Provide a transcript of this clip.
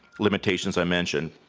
limitations i mentioned.